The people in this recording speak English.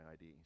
ID